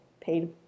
paid